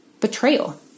betrayal